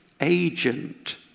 agent